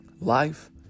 Life